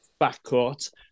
backcourt